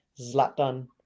Zlatan